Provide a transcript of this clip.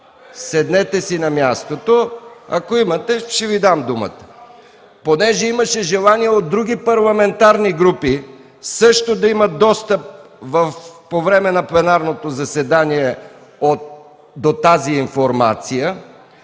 Седнете си на мястото! Ако искате, ще Ви дам думата. Понеже имаше желание от други парламентарни групи също да имат достъп по време на пленарното заседание до тази информация,